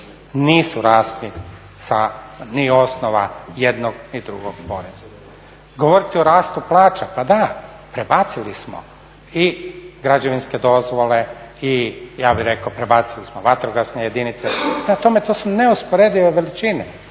Nisu rasli sa ni osnova jednog ni drugog poreza. Govoriti o rastu plaća, pa da prebacili smo i građevinske dozvole, i ja bih rekao prebacili smo vatrogasne jedinice, prema tome to su neusporedive veličine,